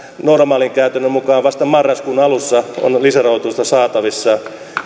normaalin käytännön mukaan vasta marraskuun alussa on lisärahoitusta saatavissa